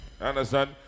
understand